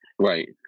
right